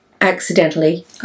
accidentally